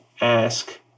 ask